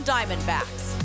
Diamondbacks